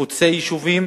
חוצי-היישובים,